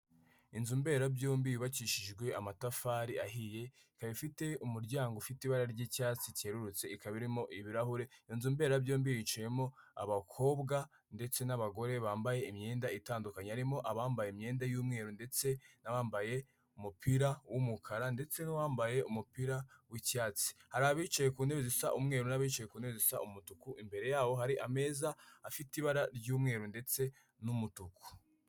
Inzu mberabyombi yubakishijwe amatafari ahiye, ikaba ifite umuryango ufite ibara ry'icyatsi cyerurutse, ikaba irimo ibirahure inzu mberabyombi yicayemo abakobwa ndetse n'abagore bambaye imyenda itandukanye harimo abambaye imyenda y'umweru ndetse n'abambaye umupira w'umukara ndetse n'uwambaye umupira w'icyatsi, hari abicaye ku ntebe zisa umweru n'abicaye ku ntebe zisa umutuku, imbere yaho hari ameza afite ibara ry'umweru ndetse n'umutuku.